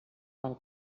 del